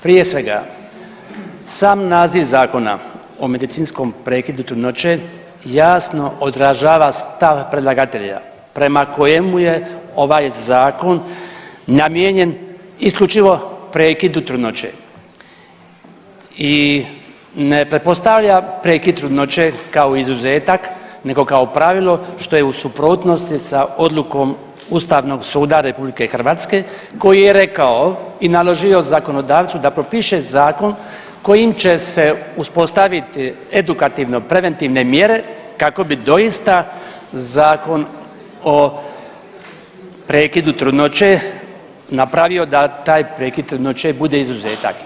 Prije svega, sam naziv Zakona o medicinskom prekidu trudnoće jasno odražava stav predlagatelja prema kojemu je ovaj Zakon namijenjen isključivo prekidu trudnoće i ne pretpostavlja prekid trudnoće kao izuzetak nego kao pravilo, što je u suprotnosti sa odlukom Ustavnog suda RH koji je rekao i naložio zakonodavcu da propiše zakon kojim će se uspostaviti edukativno-preventivne mjere kako bi doista zakon o prekidu trudnoće napravio da taj prekid trudnoće bude izuzetak.